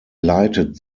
leitet